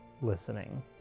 listening